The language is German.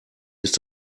ist